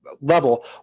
level